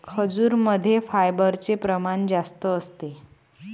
खजूरमध्ये फायबरचे प्रमाण जास्त असते